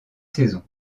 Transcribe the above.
saison